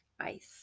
ice